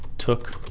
took